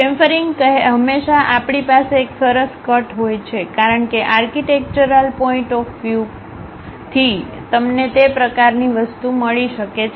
chamfering હંમેશાં આપણી પાસે એક સરસ કટ હોય છે કારણ કે architectural point of view point of વ્યુથી તમને તે પ્રકારની વસ્તુ મળી શકે છે